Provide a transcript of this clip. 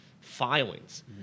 filings